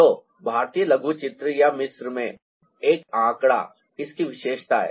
तो भारतीय लघुचित्र या मिस्र में एक आंकड़ा इसकी विशिष्टता है